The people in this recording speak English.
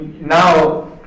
now